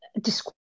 Describe